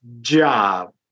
job